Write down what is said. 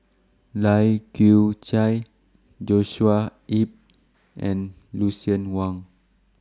Lai Kew Chai Joshua Ip and Lucien Wang